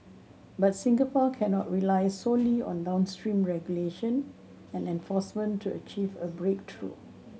but Singapore cannot rely solely on downstream regulation and enforcement to achieve a breakthrough